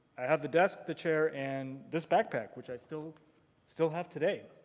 i have the desk, the chair, and this backpack which i still still have today.